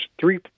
three